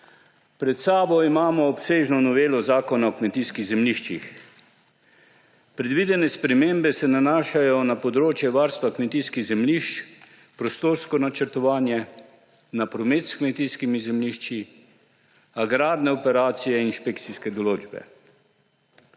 Pred sabo imamo obsežno novelo Zakona o kmetijskih zemljiščih. Predvidene spremembe se nanašajo na področje varstva kmetijskih zemljišč, prostorsko načrtovanje, na promet s kmetijskimi zemljišči, agrarne operacije, inšpekcijske določbe.